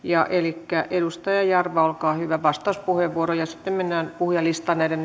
elikkä edustaja jarva olkaa hyvä vastauspuheenvuoro ja sitten mennään puhujalistaan näiden